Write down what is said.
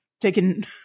taken